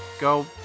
go